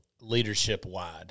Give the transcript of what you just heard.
leadership-wide